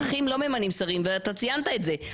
האזרחים לא ממנים שרים, ואתה ציינת את זה.